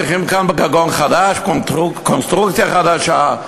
צריכים כאן גגון חדש וקונסטרוקציה חדשה.